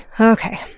okay